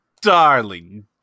Darling